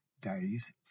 days